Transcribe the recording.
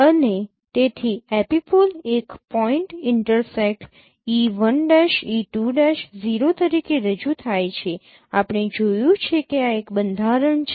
અને તેથી એપિપોલ એક પોઈન્ટ ઇન્ટરસેક્ટ e1' e2' 0 તરીકે રજૂ થાય છે આપણે જોયું છે કે આ એક બંધારણ છે